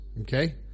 okay